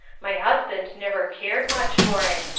my husband never cared much for it.